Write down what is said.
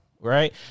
right